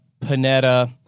Panetta